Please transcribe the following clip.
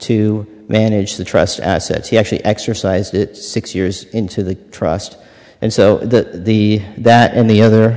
to manage the trust assets he actually exercised it six years into the trust and so that the that and the other